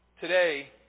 Today